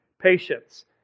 patience